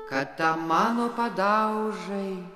kad tam mano padaužai